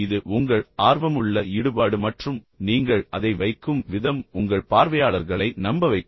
இது உங்கள் ஆர்வமுள்ள ஈடுபாடு மற்றும் நீங்கள் அதை வைக்கும் விதம் உங்கள் பார்வையாளர்களை நம்ப வைக்கும்